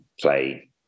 play